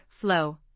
Flow